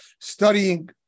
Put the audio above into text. studying